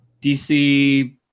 DC